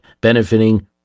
benefiting